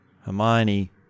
Hermione